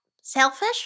selfish